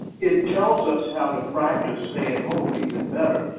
it tells us how to practice stay at home even better,